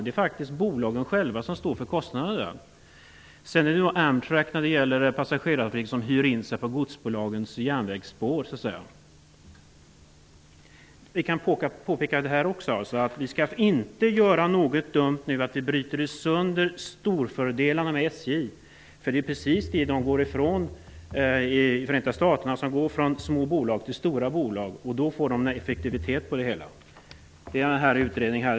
Det är bolagen själva som står för kostnaderna. När det gäller passagerartrafik hyr Jag vill påpeka det här också. Vi skall inte göra något dumt och bryta sönder fördelarna med att SJ är stort. Det är precis den metoden man går ifrån i Förenta staterna. Man går från små bolag till stora. Då får man effektivitet. Detta står i utredningen Järnvägar i USA.